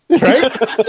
Right